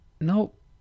Nope